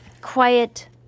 Quiet